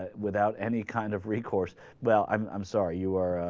ah without any kind of recourse well i'm i'm sorry you were ah.